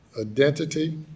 identity